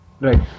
Right